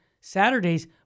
Saturdays